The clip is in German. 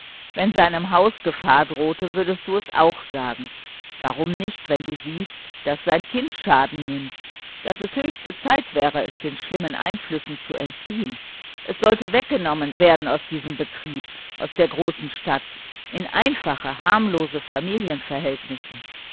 wenn seinem haus eine gefahr drohte würdest du es doch auch sagen warum nicht wenn du siehst daß sein kind schaden nimmt daß es höchste zeit wäre es den schlimmen einflüssen zu entziehen es sollte fortkommen vom hotel von der großen stadt in einfache harmlose familienverhältnisse